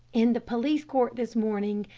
in the police court this morning,